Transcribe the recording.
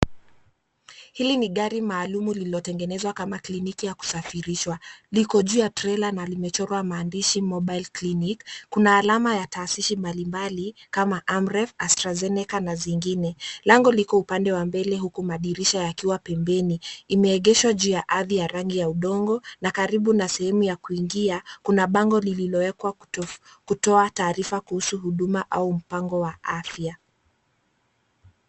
Hili ni gari maalum lililotengenezwa kama kliniki ya kusafirishwa. Liko juu ya trela na limechorwa maandishi mobile clinic , kuna alama ya taasisi mbalimbali kama Amref, Astrazeneca na zingine. Lango liko upande wa mbele huku madirisha yakiwa pembeni, imeegeshwa juu ya ardhi ya rangi ya udongo, na karibu na sehemu ya kuingia kuna bango lililowekwa kutoa tarifa kuhusu huduma au mpango wa afya.